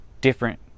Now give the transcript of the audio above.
different